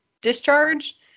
discharge